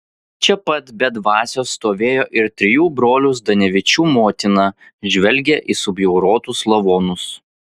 čia pat be dvasios stovėjo ir trijų brolių zdanevičių motina žvelgė į subjaurotus lavonus